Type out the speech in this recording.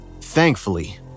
Thankfully